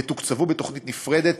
יתוקצבו בתוכנית נפרדת,